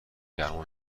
گرما